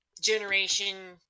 generation